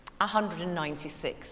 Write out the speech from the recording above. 196